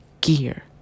gear